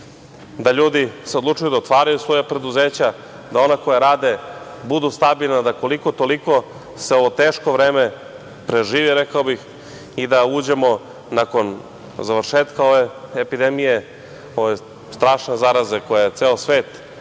se ljudi odlučuju da otvaraju svoja preduzeća, da ona koja rade budu stabilna, da koliko-toliko se ovo teško vreme preživi i da uđemo nakon završetka ove epidemije, ove strašne zaraze koja je ceo svet